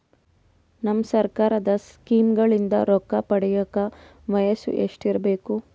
ನಮ್ಮ ಸರ್ಕಾರದ ಸ್ಕೀಮ್ಗಳಿಂದ ರೊಕ್ಕ ಪಡಿಯಕ ವಯಸ್ಸು ಎಷ್ಟಿರಬೇಕು?